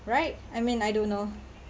right I mean I don't know